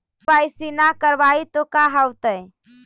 KYC न करवाई तो का हाओतै?